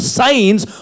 signs